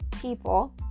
people